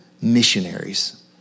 missionaries